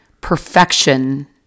perfection